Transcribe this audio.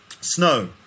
snow